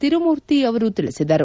ಶಿರುಮೂರ್ತಿ ಅವರು ತಿಳಿಸಿದರು